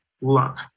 love